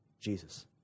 jesus